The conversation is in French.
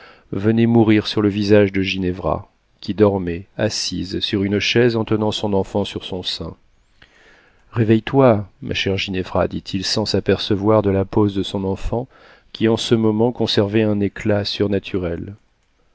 venaient mourir sur le visage de ginevra qui dormait assise sur une chaise en tenant son enfant sur son sein réveille-toi ma chère ginevra dit-il sans s'apercevoir de la pose de son enfant qui en ce moment conservait un éclat surnaturel